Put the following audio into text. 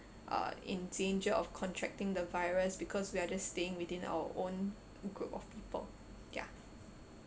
uh in danger of contracting the virus because we are just staying within our own group of people ya